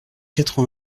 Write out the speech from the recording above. quatre